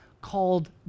called